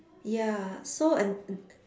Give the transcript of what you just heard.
ya so